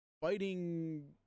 fighting